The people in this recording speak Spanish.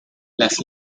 las